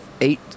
eight